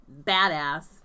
badass